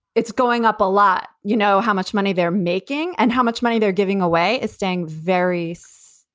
it's going up a lot. you know how much money they're making and how much money they're giving away is staying varies.